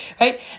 right